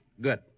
Good